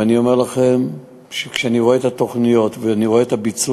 ואני אומר לכם שכשאני רואה את התוכניות ואני רואה את הביצוע,